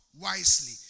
Wisely